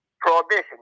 Prohibition